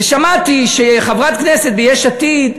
ושמעתי שחברת כנסת מיש עתיד,